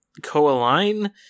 coalign